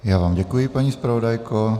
Já vám děkuji, paní zpravodajko.